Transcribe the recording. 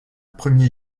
premier